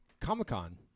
Comic-Con